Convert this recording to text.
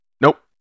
Nope